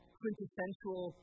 quintessential